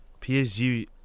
PSG